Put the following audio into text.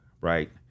right